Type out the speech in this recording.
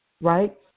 Right